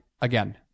again